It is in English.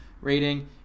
rating